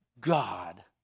God